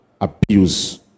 Abuse